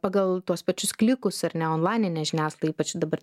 pagal tuos pačius klikus ar ne onlaininė žiniasklaida ypač dabar